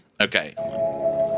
Okay